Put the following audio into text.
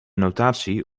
notatie